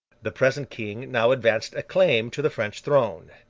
the present king now advanced a claim to the french throne.